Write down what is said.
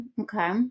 Okay